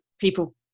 people